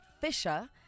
Fisher